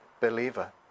believer